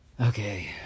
Okay